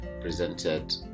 presented